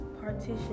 partition